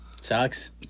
Sucks